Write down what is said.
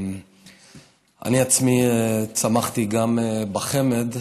אני עצמי צמחתי גם בחמ"ד.